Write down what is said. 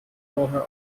vorher